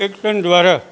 action દ્વારા